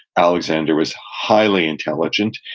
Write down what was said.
alexander was highly intelligent.